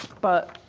but